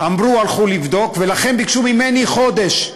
אמרו, הלכו לבדוק, ולכן ביקשו ממני חודש.